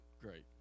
great